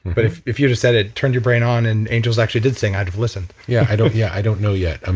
but if if you just said it, turned your brain on and angels actually did sing, i'd have listened yeah, i don't yeah i don't know yet. um